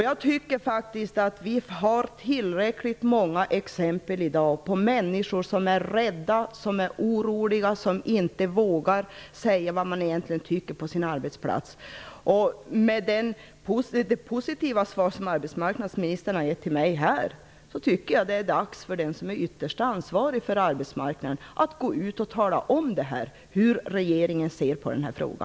Jag tycker att vi har tillräckligt många exempel i dag på människor som är rädda, oroliga och inte vågar säga vad de egentligen tycker på sin arbetsplats. Med det positiva svar som arbetsmarknadsministern har gett mig i dag, tycker jag att det är dags för den som är ytterst ansvarig för arbetsmarknaden att gå ut och tala om hur regeringen ser på denna fråga.